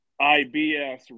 IBS